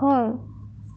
হয়